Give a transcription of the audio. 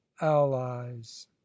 allies